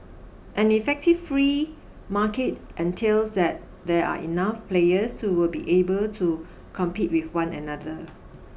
an effective free market entails that there are enough players who will be able to compete with one another